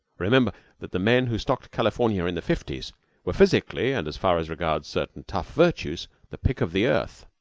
remember that the men who stocked california in the fifties were physically, and, as far as regards certain tough virtues, the pick of the earth.